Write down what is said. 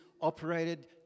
operated